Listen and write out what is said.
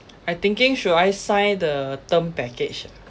I thinking should I sign the term package ah